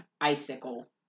icicle